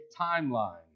timeline